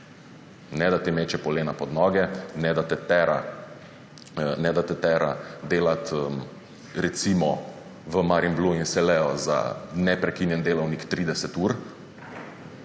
ne da ti meče polena pod noge, ne da te tera delat recimo v Marinblu in Seleo za neprekinjen delavnik 30 ur,